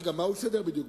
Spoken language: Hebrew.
רגע, מה ברק יסדר בדיוק?